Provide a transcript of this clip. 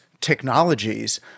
technologies